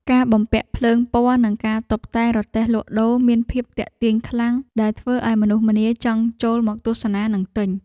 ការបំពាក់ភ្លើងពណ៌និងការតុបតែងរទេះលក់ដូរមានភាពទាក់ទាញខ្លាំង ដែលធ្វើឱ្យមនុស្សម្នាចង់ចូលមកទស្សនានិងទិញ។